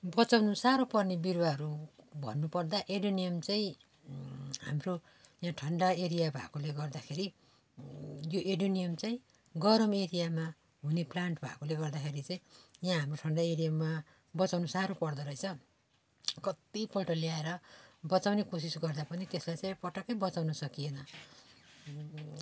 बचाउन साह्रो पर्ने बिरुवाहरू भन्नु पर्दा एडेनियम चाहिँ हाम्रो यो ठन्डा एरिया भएकोले गर्दाखेरि यो एडेनियम चाहिँ गरम एरियामा हुने प्लान्ट भएकोले गर्दाखेरि चाहिँ यहाँ हाम्रो ठन्डा एरियामा बचाउन साह्रो पर्दो रहेछ कति पल्ट ल्याएर बचाउने कोसिस गर्दा पनि त्यसलाई पटक्कै बचाउन सकिएन